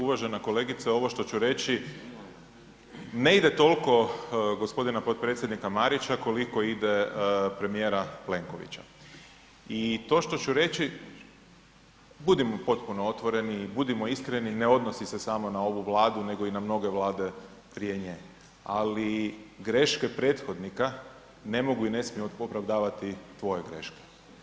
Uvažena kolegice ovo što ću reći ne ide toliko g. potpredsjednika Marića, koliko ide premijera Plenkovića i to što ću reći, budimo potpuno otvoreni i budimo iskreni, ne odnosi se samo na ovu Vladu nego i na mnoge Vlade prije nje, ali greške prethodnika ne mogu i ne smiju opravdavati tvoje greške.